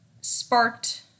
sparked